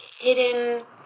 hidden